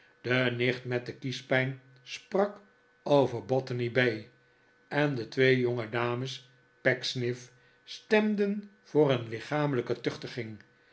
de nicht met de kiespijn sprak over botanybaai en de twee jongedames pecksniff stemden voor een lichamelijke tuchtiging